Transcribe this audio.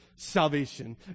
salvation